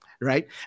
right